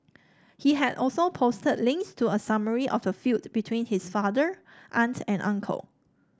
he had also posted links to a summary of the feud between his father aunt and uncle